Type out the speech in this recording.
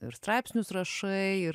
ir straipsnius rašai ir